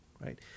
right